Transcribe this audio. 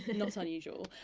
not so unusual.